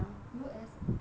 U_S_S